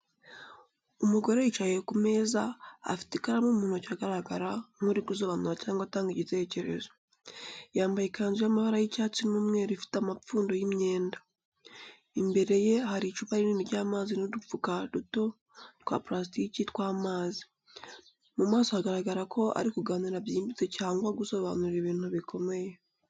Umugore yicaye ku meza, afite ikaramu mu ntoki agaragara nk’uri gusobanura cyangwa atanga igitekerezo. Yambaye ikanzu y’amabara y’icyatsi n’umweru ifite amapfundo y’imyenda. Imbere ye hari icupa rinini ry’amazi n’udupfuka duto twa parasitiki tw’amazi. Mu maso hagaragara ko ari kuganira byimbitse cyangwa gusobanura ibintu bikomeye.